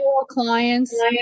Clients